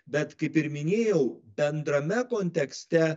bet kaip ir minėjau bendrame kontekste